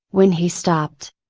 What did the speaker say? when he stopped.